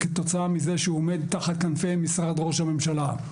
כתוצאה מכך שהוא עומד תחת כנפי משרד ראש הממשלה.